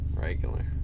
Regular